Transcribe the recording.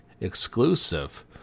exclusive